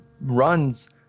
runs